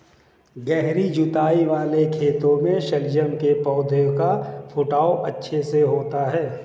गहरी जुताई वाले खेतों में शलगम के पौधे का फुटाव अच्छे से होता है